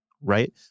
right